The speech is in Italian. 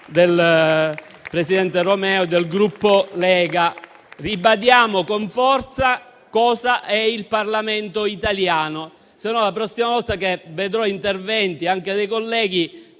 del presidente Romeo del Gruppo Lega. Ribadiamo con forza cos'è il Parlamento italiano. La prossima volta che ascolterò interventi di colleghi